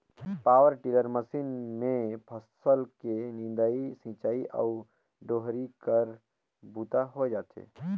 power tiller machine मे फसल के निंदई, सिंचई अउ डोहरी कर बूता होए जाथे